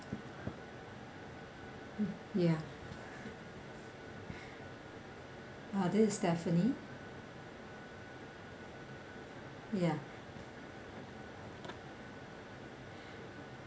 ya uh this is stephanie ya